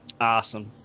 Awesome